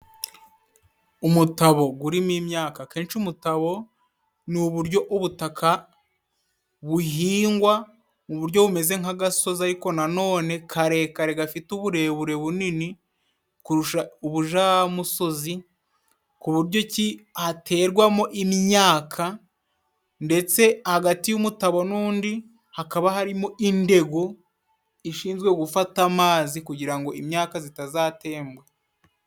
Umutabo gurimo imyaka, kenshi umutabo ni uburyo ubutaka buhingwa mu buryo bumeze nk'agasozi, ariko nanone karekare gafite uburebure bunini kurusha ubujamusozi, ku buryo ki hategwamo imyaka, ndetse hagati y'umutabo n'undi hakaba harimo indego ishinzwe gufata amazi kugira ngo imyaka zitazatemba.